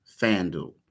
FanDuel